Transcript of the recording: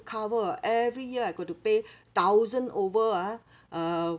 cover ah every year I got to pay thousand over ah uh